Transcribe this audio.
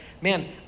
man